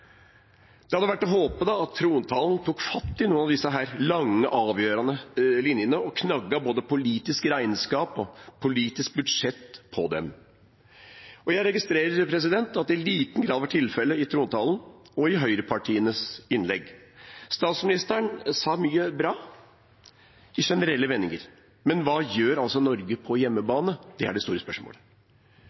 Det hadde vært å håpe at trontalen tok fatt i noen av disse lange, avgjørende linjene og knagget både politisk regnskap og politisk budsjett på dem. Jeg registrerer at det i liten grad var tilfellet i trontalen og i høyrepartienes innlegg. Statsministeren sa mye bra i generelle vendinger, men hva gjør Norge på hjemmebane? Det er det store spørsmålet.